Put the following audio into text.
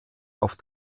auf